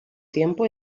tiempo